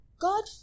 God